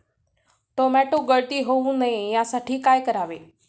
Tomato गळती होऊ नये यासाठी काय करावे?